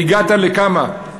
והגעת לכמה?